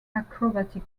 acrobatic